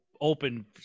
open